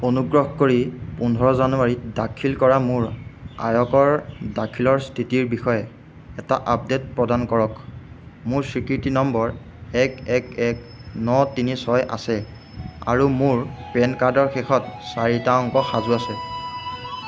অনুগ্ৰহ কৰি পোন্ধৰ জানুৱাৰীত দাখিল কৰা মোৰ আয়কৰ দাখিলৰ স্থিতিৰ বিষয়ে এটা আপডেট প্ৰদান কৰক মোৰ স্বীকৃতি নম্বৰ এক এক এক ন তিনি ছয় আছে আৰু মোৰ পেন কাৰ্ডৰ শেষৰ চাৰিটা অংক সাজু আছে